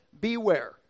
beware